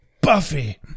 Buffy